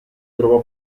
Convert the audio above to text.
trovò